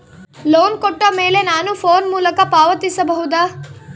Loan ಕೊಟ್ಟ ಮೇಲೆ ನಾನು ಫೋನ್ ಮೂಲಕ ಪಾವತಿಸಬಹುದಾ?